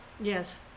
Yes